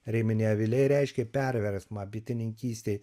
rėminiai aviliai reiškė perversmą bitininkystėj